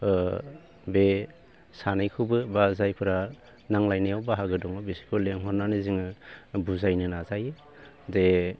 बे सानैखौबो बा जायफोरा नांज्लायनायाव बाहागो दङ बिसोरखौ लिंहरनानै जोङो बुजायनो नाजायो जे